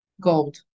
gold